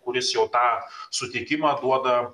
kuris jau tą sutikimą duoda